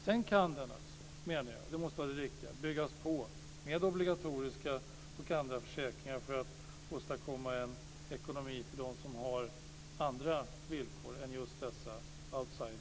Sedan kan den byggas på med obligatoriska och andra försäkringar för att man ska åstadkomma en ekonomi för dem som har andra villkor än just dessa outsiders i systemet.